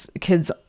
kids